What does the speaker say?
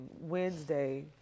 wednesday